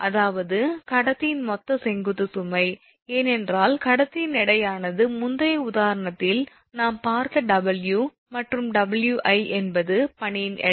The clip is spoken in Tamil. அதாவது கடத்தியின் மொத்த செங்குத்து சுமை ஏனென்றால் கடத்தியின் எடையானது முந்தைய உதாரணத்தில் நாம் பார்த்த 𝑊 மற்றும் 𝑊𝑖 என்பது பனியின் எடை